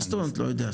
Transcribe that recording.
מה זאת אומרת לא יודע?